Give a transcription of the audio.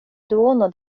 duono